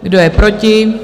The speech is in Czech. Kdo je proti?